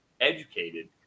educated